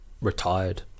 retired